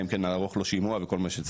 אם כן נערוך לו שימוע וכל מה שצריך,